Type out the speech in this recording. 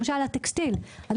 למשל תעשיית הטקסטיל,